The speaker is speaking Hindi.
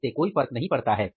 इससे कोई फर्क नहीं पड़ता है